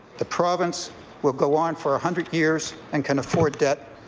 the province will go on for a hundred years and can afford debt,